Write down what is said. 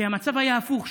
שהמצב היה הפוך,